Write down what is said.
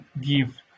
give